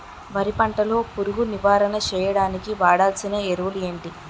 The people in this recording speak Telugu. వరి పంట లో పురుగు నివారణ చేయడానికి వాడాల్సిన ఎరువులు ఏంటి?